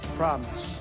promise